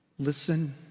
Listen